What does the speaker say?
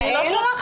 כי היא לא שולחת.